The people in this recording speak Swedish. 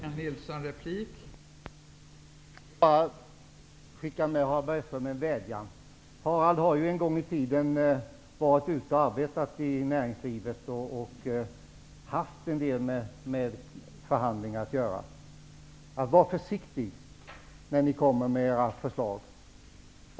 Fru talman! Jag vill skicka med en vädjan till Harald Bergström. Harald Bergström har ju en gång i tiden varit ute och arbetat i näringslivet och haft en del med förhandlingar att göra. Var försiktig när ni kommer med era förslag!